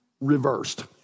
reversed